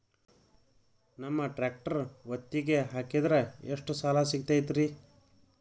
ನಮ್ಮ ಟ್ರ್ಯಾಕ್ಟರ್ ಒತ್ತಿಗೆ ಹಾಕಿದ್ರ ಎಷ್ಟ ಸಾಲ ಸಿಗತೈತ್ರಿ?